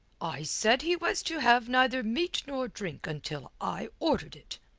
i said he was to have neither meat nor drink until i ordered it.